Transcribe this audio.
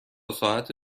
ساعت